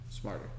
Smarter